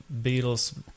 Beatles